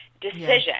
decision